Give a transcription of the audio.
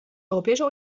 europäische